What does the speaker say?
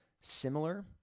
similar